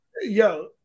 Yo